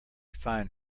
find